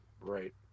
right